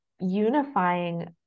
unifying